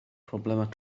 problemau